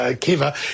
Kiva